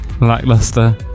lackluster